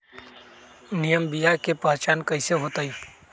निमन बीया के पहचान कईसे होतई?